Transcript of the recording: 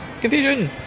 Confusion